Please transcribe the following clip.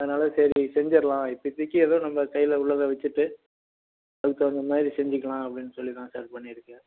அதனால் சரி செஞ்சிடலாம் இப்போதிக்கு ஏதோ நம்ம கையில் உள்ளதை வச்சுட்டு அதுக்கு தகுந்த மாதிரி செஞ்சுக்கலாம் அப்படின்னு சொல்லி தான் சார் இது பண்ணியிருக்கேன்